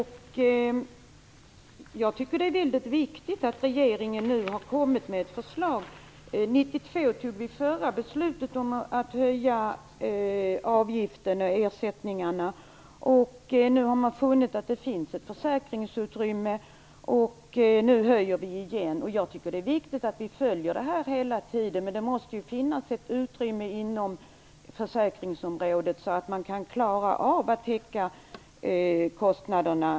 Jag tycker att det är mycket viktigt att regeringen nu har kommit med ett förslag. 1992 fattade vi det förra beslutet om att höja ersättningarna. Nu har man funnit att det finns ett försäkringsutrymme och då höjer vi igen. Jag tycker att det är viktigt att vi hela tiden följer detta. Men det måste finnas ett utrymme inom försäkringsområdet, så att försäkringsbolagen kan klara av att täcka kostnaderna.